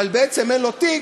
אבל בעצם אין לו תיק,